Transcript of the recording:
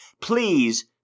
please